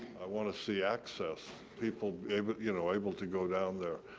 i want to see access, people able, you know, able to go down there.